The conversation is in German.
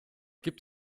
gibt